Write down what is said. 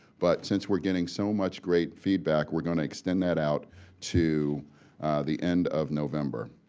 but since we're getting so much great feedback we're going to attend that out to the end of november.